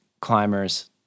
climbers